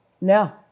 No